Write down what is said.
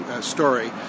story